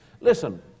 Listen